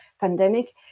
pandemic